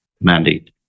mandate